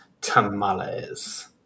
tamales